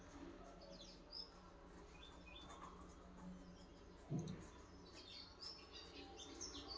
ಬ್ಯಾರೆ ಹಣ್ಕಾಸಿನ್ ಸೇವಾದಾಗ ಏನೇನ್ ಪ್ರಕಾರ್ಗಳವ?